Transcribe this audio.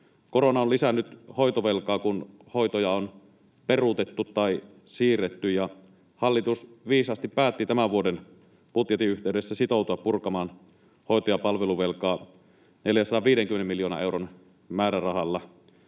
Korona on lisännyt hoitovelkaa, kun hoitoja on peruutettu tai siirretty, ja hallitus viisaasti päätti tämän vuoden budjetin yhteydessä sitoutua purkamaan hoito- ja palveluvelkaa 450 miljoonan euron määrärahalla.